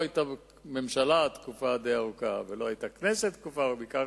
לא היתה ממשלה תקופה די ארוכה ולא היתה כנסת במשך תקופה.